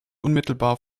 unmittelbar